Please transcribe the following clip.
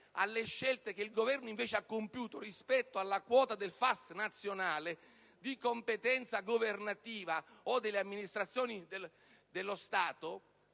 alle scelte che il Governo invece ha compiuto rispetto alla quota del FAS nazionale, di competenza governativa o delle amministrazioni dello Stato,